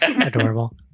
adorable